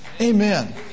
Amen